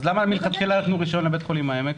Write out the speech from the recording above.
למה מלכתחילה נתנו רישיון לבית החולים העמק?